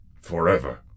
Forever